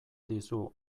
dizu